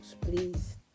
please